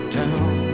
down